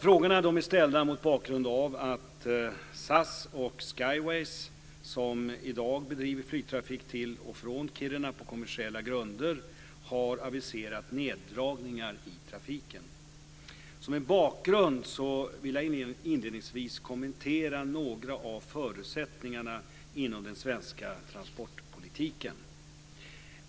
Frågorna är ställda mot bakgrund av att SAS och Som en bakgrund vill jag inledningsvis kommentera några av förutsättningarna inom den svenska transportpolitiken.